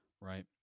right